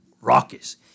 raucous